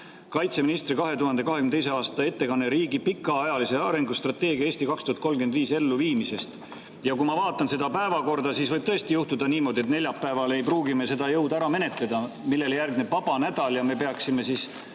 olukorras – 2022. aasta ettekanne riigi pikaajalise arengustrateegia "Eesti 2035" elluviimisest. Kui ma vaatan seda päevakorda, siis võib tõesti juhtuda niimoodi, et neljapäeval ei pruugi me seda jõuda ära menetleda. Järgneb vaba nädal ja me peaksime